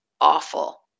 awful